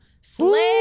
Slam